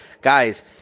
guys